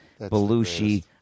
Belushi